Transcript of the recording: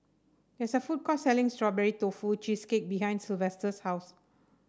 there is a food court selling Strawberry Tofu Cheesecake behind Silvester's house